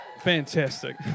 Fantastic